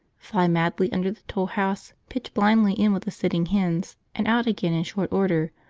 fly madly under the tool-house, pitch blindly in with the sitting hens, and out again in short order,